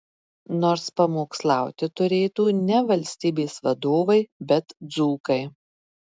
nors pamokslauti turėtų ne valstybės vadovai bet dzūkai